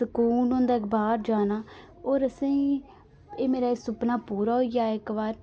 सकून होंदा इक बार जाना और असेंगी एह् मेरा सपना पूरा होई जाए इक बारी